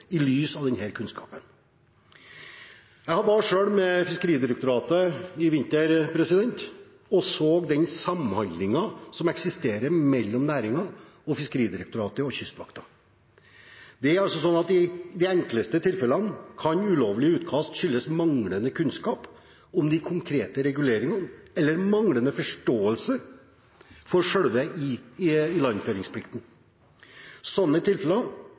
i lys av denne kunnskapen. Jeg var selv med Fiskeridirektoratet i vinter og så den samhandlingen som eksisterer mellom næringen, Fiskeridirektoratet og Kystvakten. I de enkleste tilfellene kan ulovlig utkast skyldes manglende kunnskap om de konkrete reguleringene eller manglende forståelse for selve ilandføringsplikten. Slike tilfeller